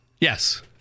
Yes